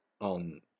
on